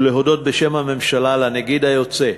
ולהודות בשם הממשלה לנגיד היוצא,